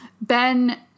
Ben